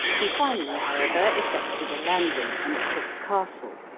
he finally, however, effected a landing, and took a castle,